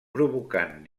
provocant